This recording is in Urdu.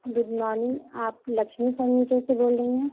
گڈ مارننگ آپ لکشمی فرنیچر سے بول رہی ہیں